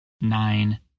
nine